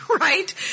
Right